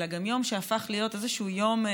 אלא גם יום שהפך להיות איזשהו יום,